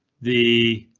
the.